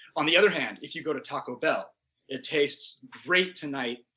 on the other hand, if you go to taco bell it tastes great tonight,